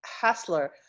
Hassler